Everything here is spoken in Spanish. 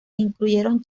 incluyeron